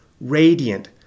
radiant